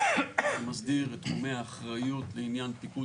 המסדירות את תחומי האחריות לעניין פיקוד